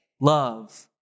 Love